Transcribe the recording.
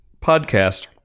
podcast